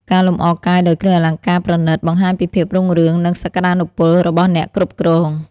ការលម្អកាយដោយគ្រឿងអលង្ការប្រណីត បង្ហាញពីភាពរុងរឿង និងសក្តានុពលរបស់អ្នកគ្រប់គ្រង។